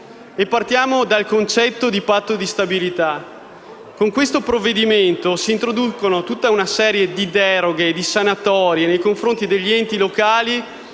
Partiamo dal concetto di Patto di stabilità. Il provvedimento introduce tutta una serie di deroghe e sanatorie nei confronti degli enti locali